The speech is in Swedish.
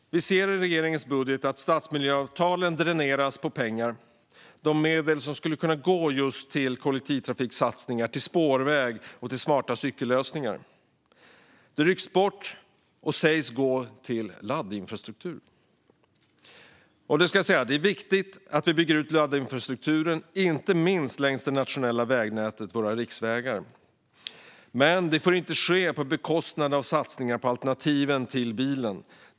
Vi ser i regeringens budget att stadsmiljöavtalen dräneras på pengar. De medel som skulle ha kunnat gå till kollektivtrafiksatsningar, till spårväg och till smarta cykellösningar rycks bort och sägs gå till laddinfrastruktur. Det är viktigt att vi bygger ut laddinfrastrukturen inte minst längs det nationella vägnätet, våra riksvägar. Men det får inte ske på bekostnad av satsningar på alternativen till bilen.